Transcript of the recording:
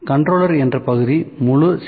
controller என்ற பகுதி முழு C